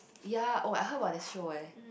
ya oh I heard about that show eh